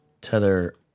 Tether